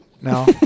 No